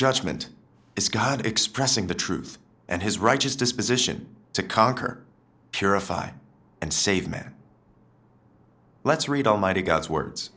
judgment is god expressing the truth and his righteous disposition to conquer purify and save man let's read almighty god's words